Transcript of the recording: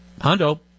Hondo